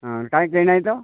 ହଁ କାଇଁ କେହି ନାଇ ତ